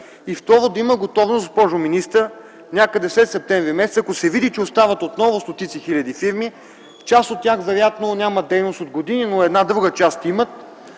И второ, да има готовност, госпожо министър, някъде след септември месец, ако се види, че остават отново стотици хиляди фирми, част от тях вероятно нямат дейност от години, но една друга част имат,